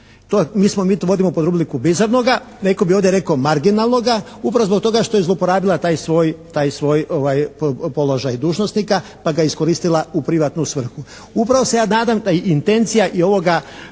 Mi to vodimo pod rubriku bizarnoga, netko bi ovdje rekao marginalnoga upravo zbog toga što je zloporabila taj svoj položaj dužnosnika pa ga iskoristila u privatnu svrhu. Upravo se ja nadam da je intencija i ovoga